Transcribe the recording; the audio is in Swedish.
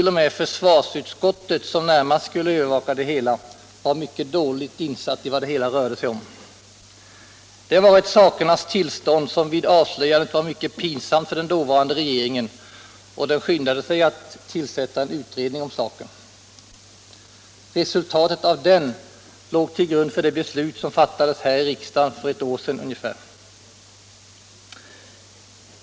0. m. försvarsutskottet, som närmast skulle övervaka det hela, var mycket dåligt insatt i vad det hela rörde sig om. Det var ett sakernas tillstånd som vid avslöjandet var mycket pinsamt för den dåvarande regeringen, och den skyndade sig att tillsätta en utredning om saken. Re sultatet av den låg till grund för det beslut som fattades här i riksdagen för ungefär ett år sedan.